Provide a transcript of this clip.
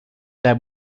that